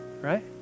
right